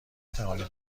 توانید